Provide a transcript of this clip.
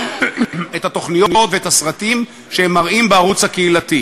התוכניות ואת הסרטים שהם מראים בערוץ הקהילתי.